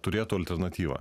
turėtų alternatyvą